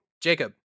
Jacob